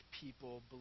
people